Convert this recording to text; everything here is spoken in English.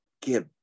Give